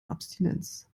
abstinenz